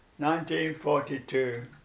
1942